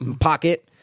Pocket